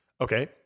Okay